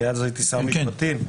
הייתי אז שר המשפטים.